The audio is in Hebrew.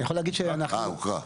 אה, הוקרא.